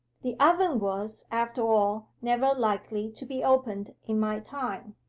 the oven was, after all, never likely to be opened in my time.